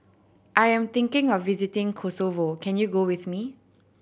I am thinking of visiting Kosovo can you go with me